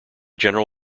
general